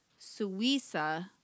Suiza